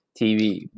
TV